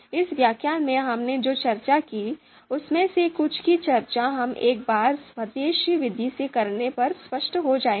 इस व्याख्यान में हमने जो चर्चा की उसमें से कुछ की चर्चा हम एक बार स्वदेशी विधि से करने पर स्पष्ट हो जाएंगे